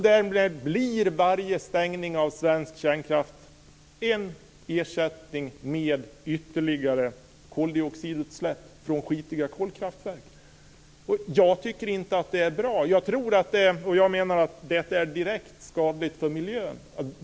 Därmed ersätts varje stängning av svensk kärnkraft med ytterligare koldioxidutsläpp från skitiga kolkraftverk. Jag tycker inte att det är bra. Det är direkt skadligt för miljön.